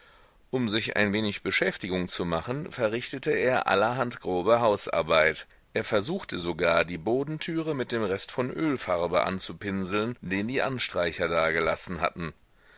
um sich ein wenig beschäftigung zu machen verrichtete er allerhand grobe hausarbeit er versuchte sogar die bodentüre mit dem rest von ölfarbe anzupinseln den die anstreicher dagelassen hatten